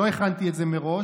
לא הכנתי את זה מראש,